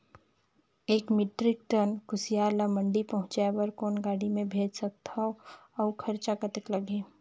एक metric ton कुसियार ल मंडी पहुंचाय बर कौन गाड़ी मे भेज सकत हव अउ खरचा कतेक लगही?